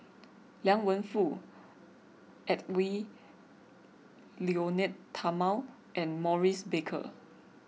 Liang Wenfu Edwy Lyonet Talma and Maurice Baker